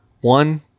one